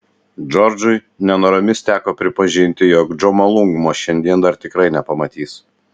džordžui nenoromis teko pripažinti jog džomolungmos šiandien dar tikrai nepamatys